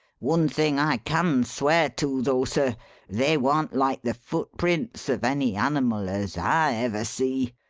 one thing i can swear to, though, sir they warn't like the footprints of any animal as i ever see.